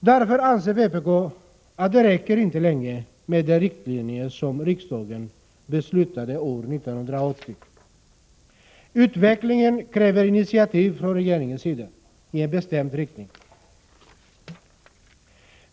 Vpk anser att det inte längre räcker med de riktlinjer som riksdagen beslutade om år 1980. Utvecklingen kräver initiativ från regeringens sida, i en bestämd riktning.